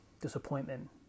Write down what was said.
disappointment